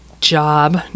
job